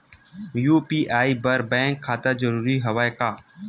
UPI बर bank खाता जरूरी हवय का?